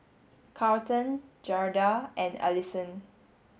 Carlton Gerda and Allisson